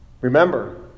remember